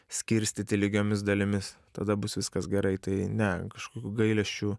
skirstyti lygiomis dalimis tada bus viskas gerai tai ne kažkokių gailesčių